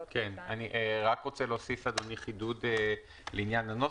אני רוצה להוסיף חידוד לעניין הנוסח.